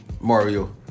Mario